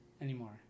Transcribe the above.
anymore